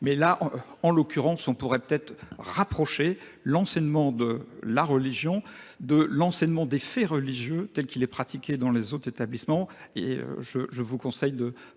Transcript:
mais là en l'occurrence on pourrait peut-être rapprocher l'enseignement de la religion de l'enseignement des faits religieux tels qu'il est pratiqué dans les autres établissements et je vous conseille de